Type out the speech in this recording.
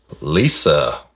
Lisa